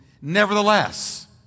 Nevertheless